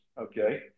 Okay